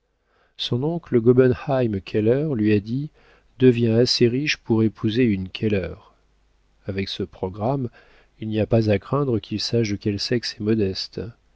son oncle gobenheim keller lui a dit deviens assez riche pour épouser une keller avec ce programme il n'y a pas à craindre qu'il sache de quel sexe